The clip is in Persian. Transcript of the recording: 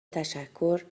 تشکر